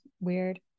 weird